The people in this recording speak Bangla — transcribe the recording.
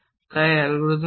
তাই অ্যালগরিদম কি